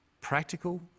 Practical